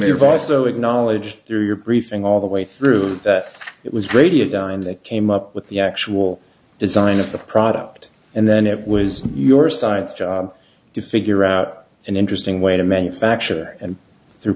they've also acknowledged through your briefing all the way through that it was radio daryn that came up with the actual design of the product and then it was your science job to figure out an interesting way to manufacture and through